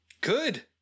good